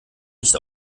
nicht